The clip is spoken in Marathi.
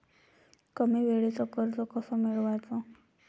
कमी वेळचं कर्ज कस मिळवाचं?